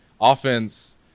offense